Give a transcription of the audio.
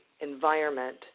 environment